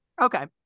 Okay